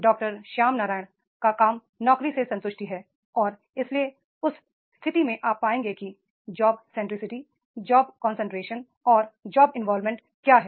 डॉ श्याम नारायण का काम नौकरी से संतुष्टि है और इसलिए उस स्थिति में आप पाएंगे कि job centricity job concentration and job involvement क्या है